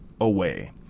away